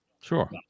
sure